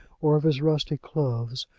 or of his rusty clothes,